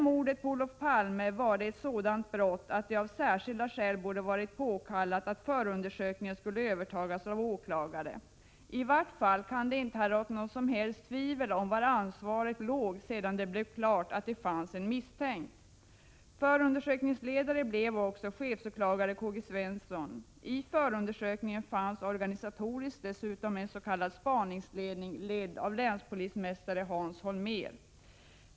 Mordet på Olof Palme var ett sådant brott att det av särskilda skäl borde ha varit påkallat att förundersökningen skulle övertas av åklagare. I vart fall kan det inte ha rått något som helst tvivel om var ansvaret låg sedan det blev klart att det fanns en misstänkt. Förundersökningsledare blev också chefsåklagare K. G. Svensson. I förundersökningen fanns organisatoriskt dessutom en s.k. spaningsledning, ledd av länspolismästare Hans Holmér.